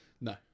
No